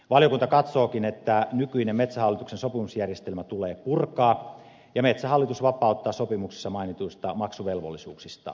valiokunta katsookin että nykyinen metsähallituksen sopimusjärjestelmä tulee purkaa ja metsähallitus vapauttaa sopimuksessa mainituista maksuvelvollisuuksista